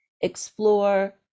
explore